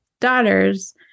daughters